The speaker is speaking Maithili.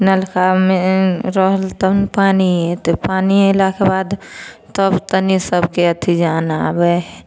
नलमे रहल तब ने पानि अयतै पानि अयलाके बाद तब तनि सभके अथी जान आबै हइ